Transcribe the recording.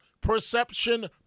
Perception